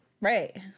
right